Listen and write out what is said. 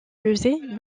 musée